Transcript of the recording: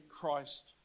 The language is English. Christ